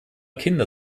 kinder